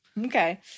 Okay